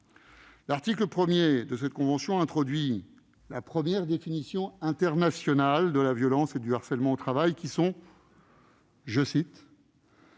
L'article 1 de cette convention introduit la première définition internationale de la violence et du harcèlement au travail, qui sont « un